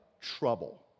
trouble